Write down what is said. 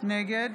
נגד